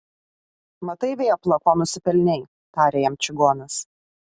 matai vėpla ko nusipelnei tarė jam čigonas